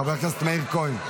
חבר הכנסת מאיר כהן,